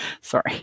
Sorry